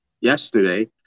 yesterday